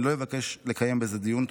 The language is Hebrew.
אני לא אבקש לקיים בזה דיון.